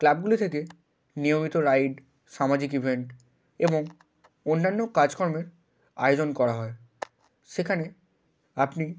ক্লাবগুলি থেকে নিয়মিত রাইড সামাজিক ইভেন্ট এবং অন্যান্য কাজকর্মের আয়োজন করা হয় সেখানে আপনি